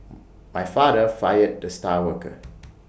my father fired the star worker